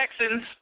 Texans